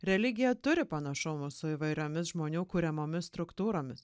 religija turi panašumo su įvairiomis žmonių kuriamomis struktūromis